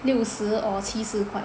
六十 or 七十块